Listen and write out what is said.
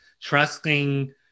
trusting